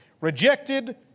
Rejected